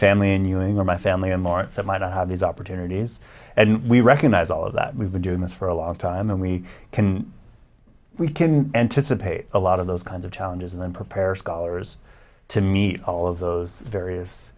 family in ewing or my family and martha might have these opportunities and we recognise all of that we've been doing this for a long time and we can we can anticipate a lot of those kind challenges and prepare scholars to meet all of those various